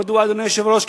מדוע, אדוני היושב-ראש?